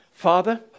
Father